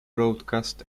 broadcast